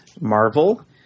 Marvel